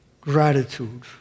gratitude